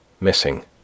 missing